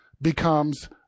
becomes